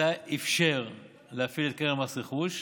בגלל זה אפשר להפעיל את קרן מס רכוש.